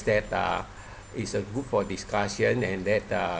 that uh is a good for discussion and that uh